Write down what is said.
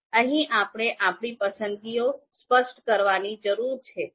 અહીં આપણે આપણી પસંદગીઓ સ્પષ્ટ કરવાની જરૂર છે